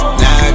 now